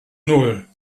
null